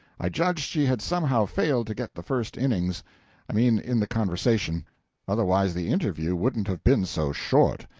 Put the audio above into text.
i judged she had somehow failed to get the first innings i mean in the conversation otherwise the interview wouldn't have been so short.